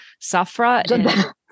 safra